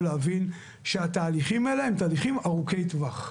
להבין שהתהליכים האלה הם תהליכים ארוכי טווח.